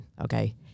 okay